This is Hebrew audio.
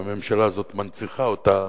שהממשלה הזאת מנציחה אותה,